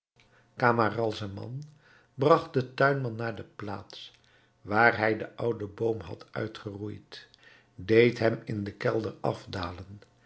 camaralzaman bragt den tuinman naar de plaats waar hij den ouden boom had uitgeroeid deed hem in den kelder afdalen